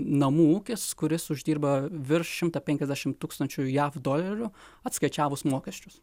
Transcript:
namų ūkis kuris uždirba virš šimtą penkiasdešimt tūkstančių jav dolerių atskaičiavus mokesčius